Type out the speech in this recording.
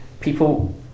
People